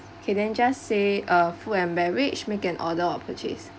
okay then just say uh food and beverage make an order of purchase